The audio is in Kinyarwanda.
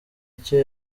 icyo